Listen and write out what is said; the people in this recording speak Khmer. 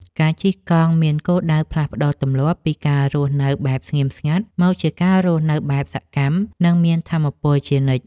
ការជិះកង់មានគោលដៅផ្លាស់ប្តូរទម្លាប់ពីការរស់នៅបែបស្ងៀមស្ងាត់ មកជាការរស់នៅបែបសកម្ម និងមានថាមពលជានិច្ច។